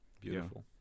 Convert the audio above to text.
beautiful